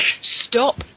stop